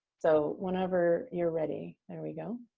so, whenever you're ready. there we go.